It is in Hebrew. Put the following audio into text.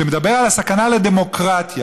שמדבר על הסכנה לדמוקרטיה.